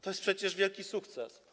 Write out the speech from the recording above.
To jest przecież wielki sukces.